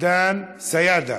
דן סידה.